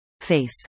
Face